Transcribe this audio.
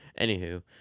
anywho